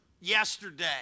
yesterday